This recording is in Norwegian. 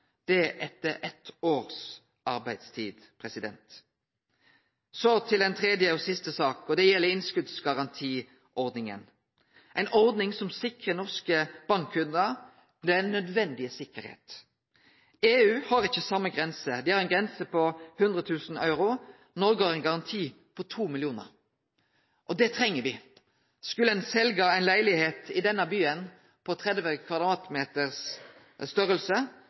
det etter eitt års arbeidstid. Så til den tredje og siste saka, og det gjeld innskotsgarantiordninga, ei ordning som gir norske bankkundar den nødvendige sikkerheita. EU har ikkje same grensa. Dei har ei grense på 100 000 euro. Noreg har ein garanti på 2 mill. kr. Og det treng me. Skal ein selje ein leilegheit på 30 m2 i denne byen,